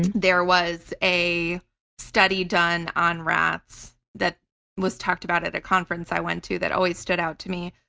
there was a study done on rats that was talked about at a conference i went to that always stood out to me.